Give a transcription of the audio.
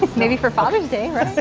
maybe for father's